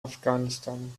afghanistan